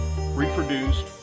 reproduced